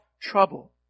trouble